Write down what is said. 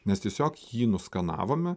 nes tiesiog jį skanavome